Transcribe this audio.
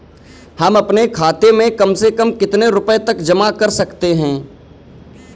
हम अपने खाते में कम से कम कितने रुपये तक जमा कर सकते हैं?